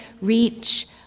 reach